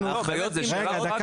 זאת שאלה.